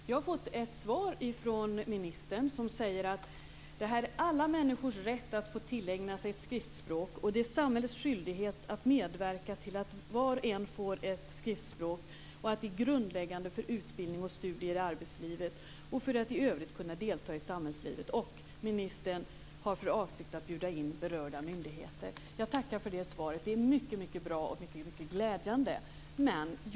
Jag har fått ett svar från ministern där det framgår att det är alla människors rätt att få tillägna sig ett skriftspråk, och det är samhällets skyldighet att medverka till att var och en får ett skriftspråk. Det är grundläggande för utbildning och studier i arbetslivet och för att i övrigt kunna delta i samhällslivet. Ministern har för avsikt att bjuda in berörda myndigheter. Jag tackar för svaret. Det är mycket bra och glädjande.